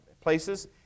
places